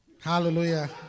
Hallelujah